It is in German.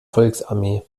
volksarmee